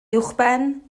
uwchben